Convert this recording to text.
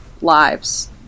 lives